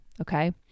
Okay